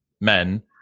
men